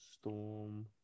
Storm